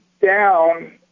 down